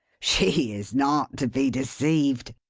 she is not to be deceived,